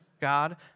God